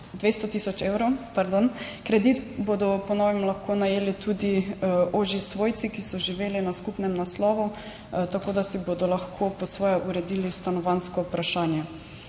200 tisoč evrov, pardon, kredit bodo po novem lahko najeli tudi ožji svojci, ki so živeli na skupnem naslovu, tako da si bodo lahko po svoje uredili stanovanjsko vprašanje.